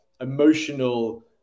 emotional